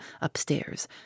upstairs